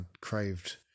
craved